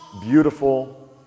beautiful